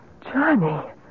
Johnny